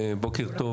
בוקר טוב